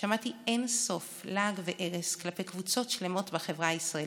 שמעתי אין-סוף לעג וארס כלפי קבוצות שלמות בחברה הישראלית.